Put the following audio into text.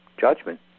judgment